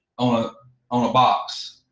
on a on a box.